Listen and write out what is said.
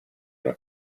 una